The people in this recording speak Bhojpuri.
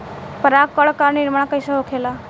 पराग कण क निर्माण कइसे होखेला?